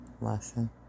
lesson